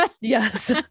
Yes